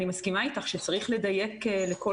אני מסכימה איתך שצריך לדייק לכל